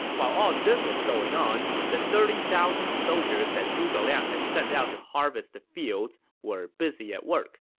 while all this was going on, the thirty thousand soldiers that zhuge liang had sent out to harvest the fields were busy at work.